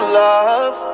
love